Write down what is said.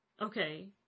okay